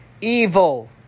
evil